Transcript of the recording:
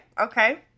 Okay